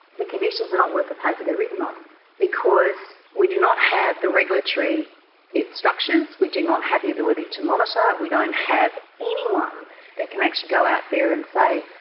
the conditions are not worth the paper they're written on because we do not have the regulatory instructions, we do not have the ability to monitor, we don't and have anyone that can actually go out there and say,